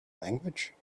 language